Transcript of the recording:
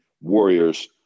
Warriors